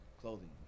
clothing